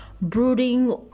brooding